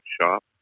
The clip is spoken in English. shop